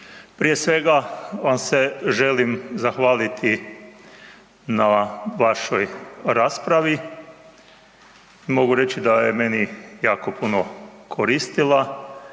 Prije svega vam se želim zahvaliti na vašoj raspravi, mogu reći da je meni jako puno koristila,